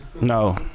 No